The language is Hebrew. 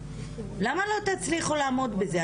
למה לא תצליחו לעמוד בזה?